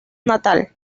natal